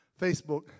Facebook